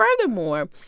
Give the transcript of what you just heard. furthermore